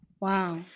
Wow